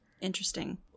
interesting